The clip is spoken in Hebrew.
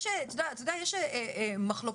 יש מחלוקות,